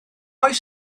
oes